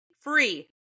free